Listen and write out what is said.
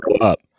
up